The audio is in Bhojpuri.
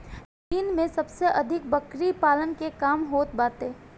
चीन में सबसे अधिक बकरी पालन के काम होत बाटे